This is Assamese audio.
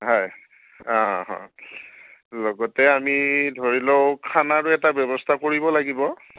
হয় অঁ লগতে আমি ধৰি লওঁ খানাৰো এটা ব্যৱস্থা কৰিব লাগিব